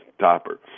topper